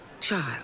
Child